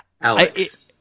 Alex